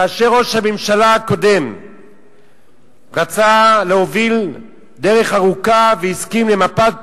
כאשר ראש הממשלה הקודם רצה להוביל דרך ארוכה והסכים למפת